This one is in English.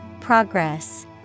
Progress